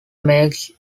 makes